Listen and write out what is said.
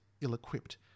ill-equipped